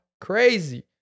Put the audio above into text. Crazy